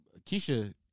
Keisha